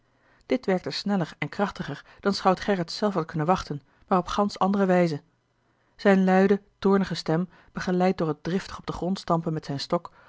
dit werkte sneller en krachtiger dan schout gerrit zelf had kunnen wachten maar op gansch andere wijze zijne luide toornige stem begeleid door het driftig op den grond stampen met zijn stok